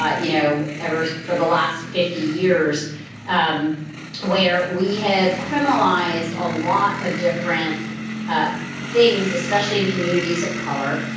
ah you know, ever for the last fifty years um where we have criminalized a lot of different things, especially in communities of color,